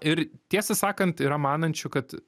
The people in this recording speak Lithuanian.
ir tiesą sakant yra manančių kad